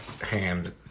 hand